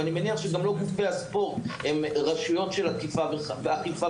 ואני מניח שגם גופי הספורט הם לא רשויות של אכיפה וחקירה.